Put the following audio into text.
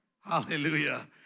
Hallelujah